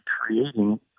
creating